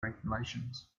regulations